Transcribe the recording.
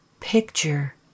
Picture